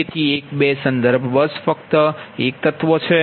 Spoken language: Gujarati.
તેથી 1 2 સંદર્ભ બસ ફક્ત એક તત્વ છે